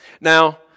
Now